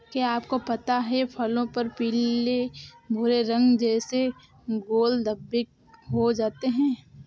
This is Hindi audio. क्या आपको पता है फलों पर पीले भूरे रंग जैसे गोल धब्बे हो जाते हैं?